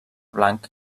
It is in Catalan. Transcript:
blanc